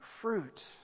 fruit